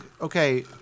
okay